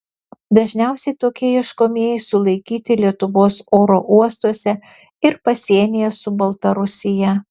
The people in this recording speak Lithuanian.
dažniausiai tokie ieškomieji sulaikyti lietuvos oro uostuose ir pasienyje su baltarusija